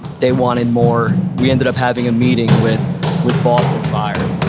they wanted more. we ended up having a meeting with with boston fire.